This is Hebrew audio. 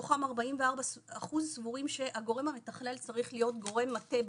מתוכם 44 אחוזים סבורים שהגורם המתכלל צריך להיות גורם מטה בכיר,